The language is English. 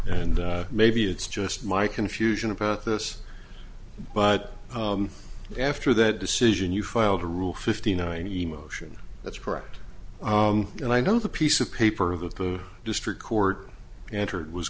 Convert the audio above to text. and maybe it's just my confusion about this but after that decision you filed a rule fifty nine emotion that's correct and i know the piece of paper that the district court entered was